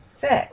Six